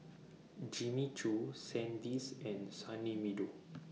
Jimmy Choo Sandisk and Sunny Meadow